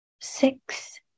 six